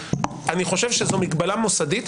אני חושב שזו מגבלה מוסדית.